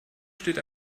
steht